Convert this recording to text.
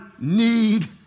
need